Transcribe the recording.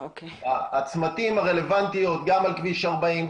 הצמתים הרלוונטיות גם על כביש 40,